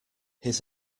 his